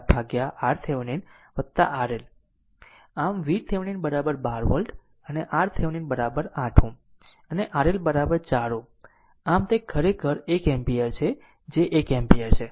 આમ VThevenin 12 volt અને RThevenin 8 Ω અને RL 4 Ω આમ તે ખરેખર 1 એમ્પીયર છે જે 1 એમ્પીયર છે